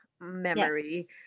memory